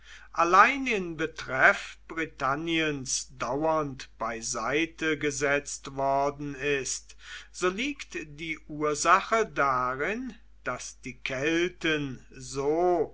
allein in betreff britanniens dauernd beiseite gesetzt worden ist so liegt die ursache darin daß die kelten so